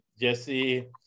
Jesse